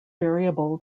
variable